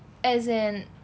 as in